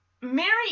mary